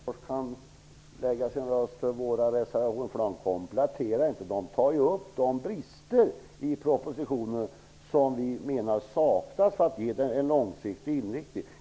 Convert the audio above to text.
Herr talman! Kenneth Attefors kan lägga sin röst på våra reservationer för de kompletterar inte -- de tar upp de brister i propositionen som gör att den inte har en långsiktig inriktning.